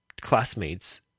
Classmates